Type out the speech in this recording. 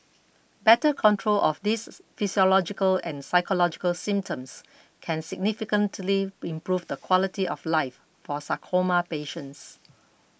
better control of these physiological and psychological symptoms can significantly improve the quality of life for sarcoma patients